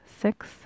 six